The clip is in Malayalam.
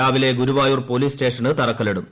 രാവിലെ ഗുരുവായൂർ പോലീസ് സ്റ്റേഷന് തറക്കല്ലിടും